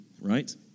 Right